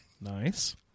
Nice